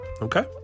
okay